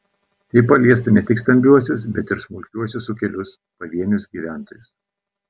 tai paliestų ne tik stambiuosius bet ir smulkiuosius ūkelius pavienius gyventojus